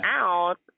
out